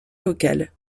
locale